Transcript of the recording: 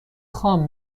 خام